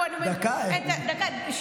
דקה אין.